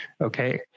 Okay